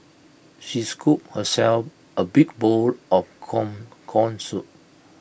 she scooped herself A big bowl of corn Corn Soup